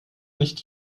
nicht